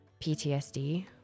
PTSD